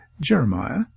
Jeremiah